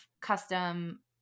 custom